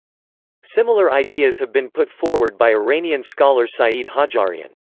similar ideas have been put forward by iranian scholar saeed hajjarian.